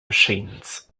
machines